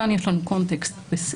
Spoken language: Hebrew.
כאן יש לנו קונטקסט ספציפי.